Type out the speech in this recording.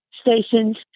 stations